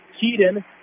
Keaton